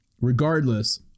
regardless